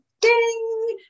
ding